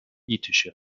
ethische